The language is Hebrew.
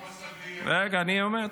הוא בסדיר --- רגע, אני אומר.